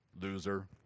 loser